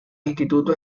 instituto